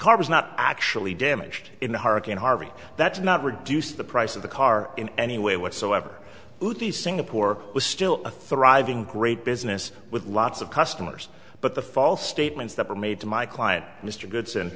car was not actually damaged in the hurricane harvey that's not reduce the price of the car in any way whatsoever the singapore was still a thriving great business with lots of customers but the false statements that were made to my client mr goods